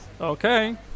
Okay